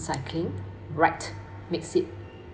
recycling right makes it